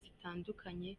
zitandukanye